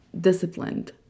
disciplined